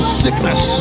sickness